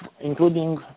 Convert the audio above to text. including